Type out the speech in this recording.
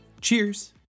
Cheers